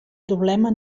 problema